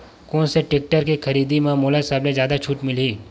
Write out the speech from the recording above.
कोन से टेक्टर के खरीदी म मोला सबले जादा छुट मिलही?